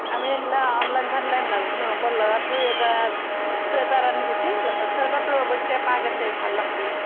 আমি এইগিলা অনলাইন চনলাইন নাজনো মোৰ ল'ৰাটো এটা চুৱেটাৰ আনি দিছিল চুৱেটাৰটো অৱশ্যে পাগ আছে ভাল লাগছি